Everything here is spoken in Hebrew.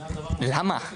למה?